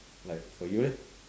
like for you leh